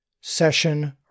session